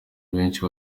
benshi